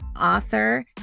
author